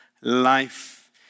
life